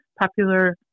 popular